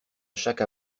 chaque